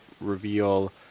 reveal